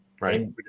Right